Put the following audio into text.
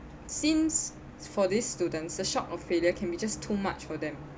since for these students the shock of failure can be just too much for them